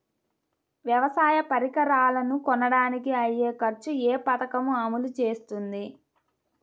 వ్యవసాయ పరికరాలను కొనడానికి అయ్యే ఖర్చు ఏ పదకము అమలు చేస్తుంది?